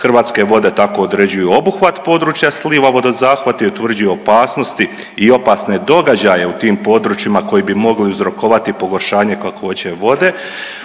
Hrvatske vode tako određuju obuhvat područja sliva, vodozahvat i utvrđuju opasnosti i opasne događaje u tim područjima koji bi mogli uzrokovati pogoršanje kakvoće vode